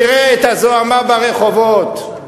תראה את הזוהמה ברחובות.